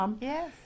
Yes